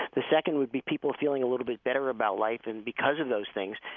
the second would be people feeling a little bit better about life and because of those things,